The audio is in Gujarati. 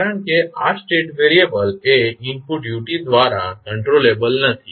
કારણ કે આ સ્ટેટ વેરિએબલ એ ઇનપુટ u દ્વારા કંટ્રોલેબલ નથી